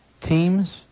teams